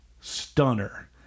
Stunner